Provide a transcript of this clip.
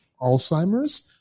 Alzheimer's